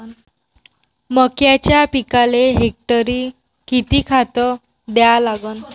मक्याच्या पिकाले हेक्टरी किती खात द्या लागन?